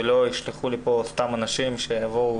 ולא ישלחו לי פה סתם אנשים שיבואו,